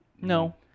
No